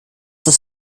das